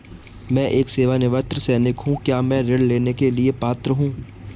मैं एक सेवानिवृत्त सैनिक हूँ क्या मैं ऋण लेने के लिए पात्र हूँ?